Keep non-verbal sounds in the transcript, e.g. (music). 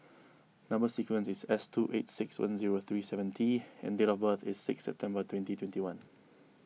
(noise) Number Sequence is S two eight six one zero three seven T and date of birth is six September twenty twenty one